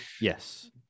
Yes